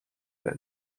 well